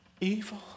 evil